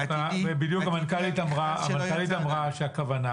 ובדיוק המנכ"לית אמרה שהכוונה